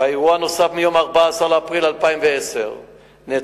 באירוע נוסף מיום 14 באפריל 2010 נעצר